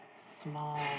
Small